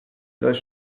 does